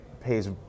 pays